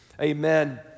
amen